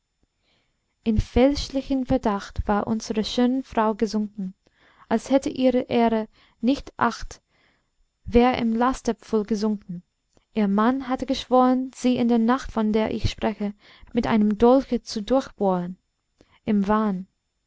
in fälschlichen verdacht war unsre schöne frau gesunken als hätte ihrer ehre nicht acht wär im lasterpfuhl versunken ihr mann hatte geschworen sie in der nacht von der ich spreche mit einem dolche zu durchbohren im wahn